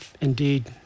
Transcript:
indeed